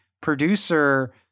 producer